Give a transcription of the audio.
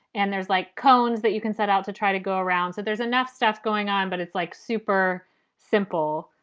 and there's like cones that you can set out to try to go around. so there's enough stuff going on. but it's like super simple.